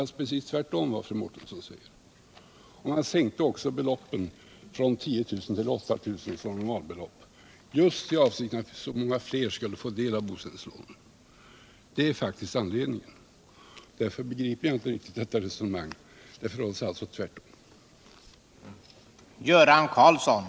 Det är precis tvärtom mot vad fru Mårtensson säger. Man sänkte också normalbeloppet från 10 000 kr. till 8 000 kr. just i den avsikten att så många fler skulle få möjlighet till bosättningslån. Det var faktiskt anledningen. Därför begriper jag inte riktigt fru Mårtenssons resonemang: